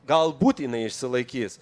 galbūt jinai išsilaikys